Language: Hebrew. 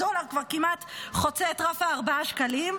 הדולר כבר כמעט חוצה את רף ארבעת השקלים,